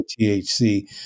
THC